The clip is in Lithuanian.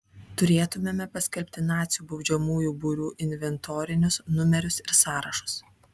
turėtumėme paskelbti nacių baudžiamųjų būrių inventorinius numerius ir sąrašus